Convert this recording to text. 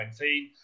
2019